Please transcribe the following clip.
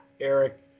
Eric